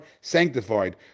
sanctified